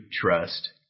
trust